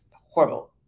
horrible